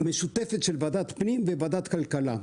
ועדה משותפת של ועדת פנים וועדת כלכלה.